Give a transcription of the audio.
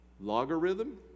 Logarithm